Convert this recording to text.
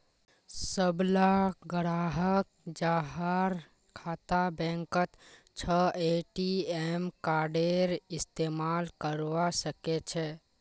सबला ग्राहक जहार खाता बैंकत छ ए.टी.एम कार्डेर इस्तमाल करवा सके छे